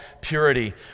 purity